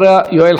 יואל חסון,